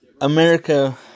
America